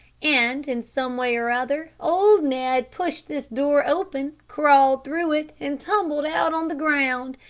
and, in some way or other, old ned pushed this door open, crawled through it, and tumbled out on the ground.